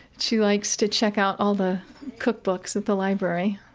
she likes to check out all the cookbooks at the library.